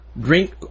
drink